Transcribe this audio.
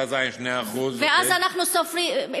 בכיתה ז' 2%. אוקיי.